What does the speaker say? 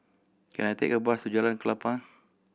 can I take a bus to Jalan Klapa